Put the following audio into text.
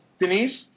Denise